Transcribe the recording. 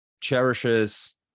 cherishes